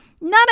None